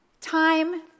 time